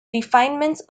refinements